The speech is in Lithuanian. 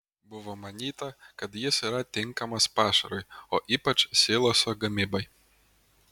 buvo manyta kad jis yra tinkamas pašarui o ypač siloso gamybai